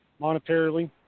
monetarily